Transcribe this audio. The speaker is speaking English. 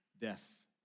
death